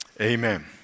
amen